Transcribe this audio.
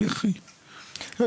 מי אחראי על מה,